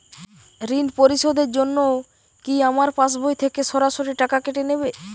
ঋণ পরিশোধের জন্য কি আমার পাশবই থেকে সরাসরি টাকা কেটে নেবে?